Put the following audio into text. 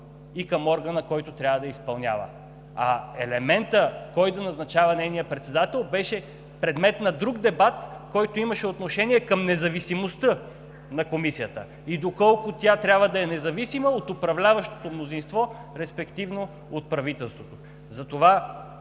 и към органа, който трябва да изпълнява. А елементът кой да назначава нейния председател беше предмет на друг дебат, който имаше отношение към независимостта на Комисията и доколко тя трябва да е независима от управляващото мнозинство, респективно – от правителството.